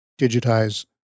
digitize